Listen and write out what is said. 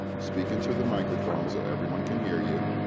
speak into the microphone so everyone can hear you.